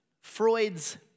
Freud's